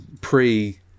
pre-